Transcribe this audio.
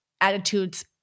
attitudes